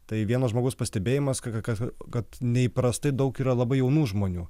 tai vieno žmogaus pastebėjimas kad kas kad neįprastai daug yra labai jaunų žmonių